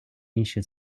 інші